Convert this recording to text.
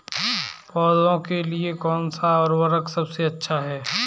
पौधों के लिए कौन सा उर्वरक सबसे अच्छा है?